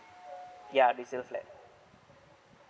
yeah resale flat